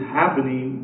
happening